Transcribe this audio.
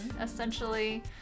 essentially